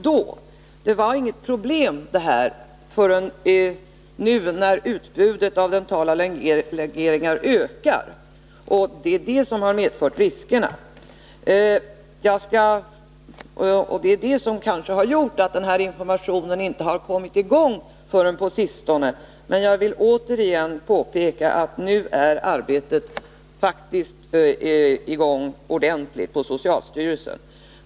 Det har inte varit något problem i det här hänseendet förrän nu, när utbudet av dentala legeringar ökar, och det är detta som har medfört riskerna. Det är kanske också detta som har gjort att informationen inte har kommit i gång förrän på sistone. Men jag vill återigen påpeka att arbetet nu faktiskt är på gång ordentligt inom socialstyrelsen.